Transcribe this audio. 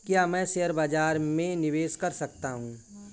क्या मैं शेयर बाज़ार में निवेश कर सकता हूँ?